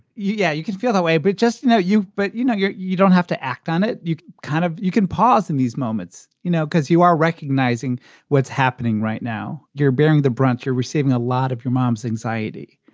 yeah, you can feel that way, but just know you. but you know, you don't have to act on it. you kind of you can pause in these moments, you know, because you are recognizing what's happening right now. you're bearing the brunt. you're receiving a lot of your mom's anxiety.